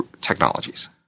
technologies